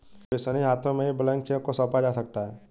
विश्वसनीय हाथों में ही ब्लैंक चेक को सौंपा जा सकता है